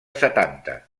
setanta